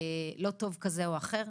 לא טוב כזה או אחר.